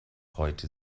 heute